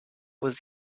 was